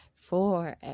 forever